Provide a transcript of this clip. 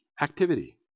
activity